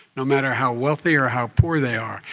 no matter how wealthy or how poor they are,